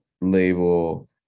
label